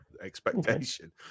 expectation